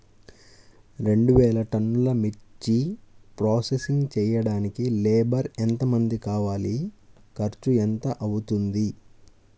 రెండు వేలు టన్నుల మిర్చి ప్రోసెసింగ్ చేయడానికి లేబర్ ఎంతమంది కావాలి, ఖర్చు ఎంత అవుతుంది?